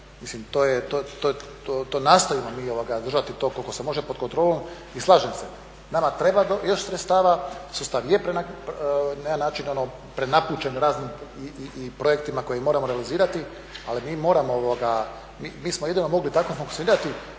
osoblje, to nastojimo držati koliko se može pod kontrolom. I slažem se, nama treba još sredstava sustav je prenapučen raznim projektima koje moramo realizirati, ali mi smo jedino tako mogli i funkcionirati